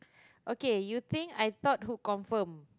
okay you think I thought who confirm